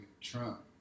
Trump